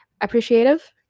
Appreciative